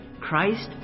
Christ